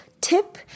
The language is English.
tip